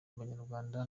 banyarwanda